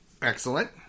Excellent